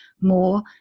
more